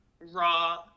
raw